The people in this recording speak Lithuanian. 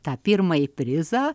tą pirmąjį prizą